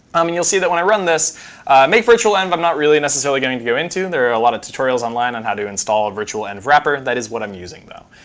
um and you'll see that when i run this mkvirtualenv, but i'm not really necessarily going to go into. there are a lot of tutorials online on how to install virtualenvwrapper. that is what i'm using, though.